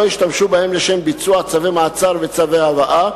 ישתמשו בהם לשם ביצוע צווי מעצר וצווי הבאה,